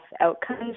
outcomes